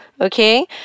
Okay